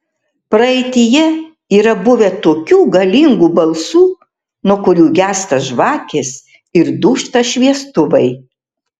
praeityje yra buvę tokių galingų balsų nuo kurių gęsta žvakės ir dūžta šviestuvai